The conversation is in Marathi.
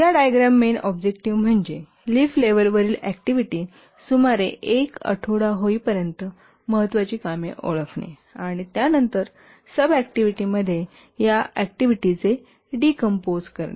या डायग्राम मेन ऑब्जेक्टिव्ह म्हणजे लीफ लेव्हल वरील ऍक्टिव्हिटी सुमारे एक आठवडा होईपर्यंत महत्वाची कामे ओळखणे आणि त्यानंतर सब ऍक्टिव्हिटीमध्ये या ऍक्टिव्हिटीचे डिकंपोज करणे